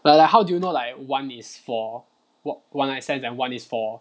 but like how do you know like one is for what one night stands and one is for